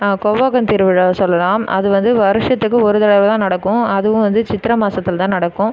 கூவாகன் திருவிழா சொல்லாம் அது வந்து வருஷத்துக்கு ஒரு தடவை தான் நடக்கும் அதுவும் வந்து சித்திரை மாதத்துல தான் நடக்கும்